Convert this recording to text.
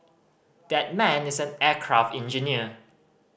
that man is an aircraft engineer